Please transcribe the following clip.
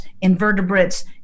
invertebrates